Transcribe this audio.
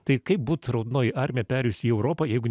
tai kaip būt raudonoji armija perėjusi į europą jeigu